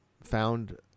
found